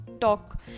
talk